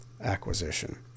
acquisition